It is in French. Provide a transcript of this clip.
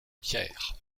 pierre